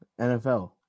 NFL